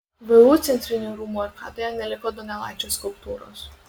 vu centrinių rūmų arkadoje neliko donelaičio skulptūros